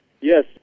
Yes